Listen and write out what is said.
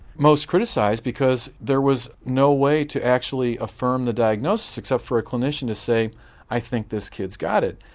most criticised because there was no way to actually affirm the diagnosis except for a clinician to say i think this kid's got it.